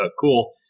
cool